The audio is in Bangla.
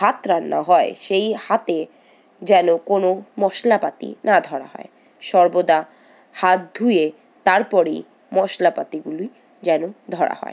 ভাত রান্না হয় সেই হাতে যেন কোনো মশলাপাতি না ধরা হয় সর্বদা হাত ধুয়ে তারপরেই মশলাপাতিগুলি যেন ধরা হয়